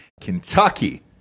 Kentucky